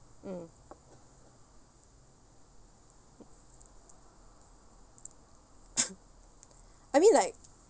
mm I mean like